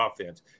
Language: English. offense